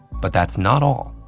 but that's not all.